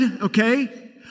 okay